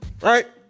right